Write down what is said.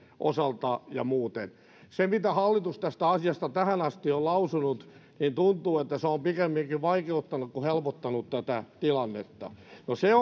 osalta ja muuten tuntuu että se mitä hallitus tästä asiasta tähän asti on lausunut on pikemminkin vaikeuttanut kuin helpottanut tätä tilannetta no se